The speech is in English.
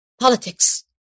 politics